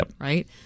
right